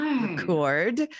record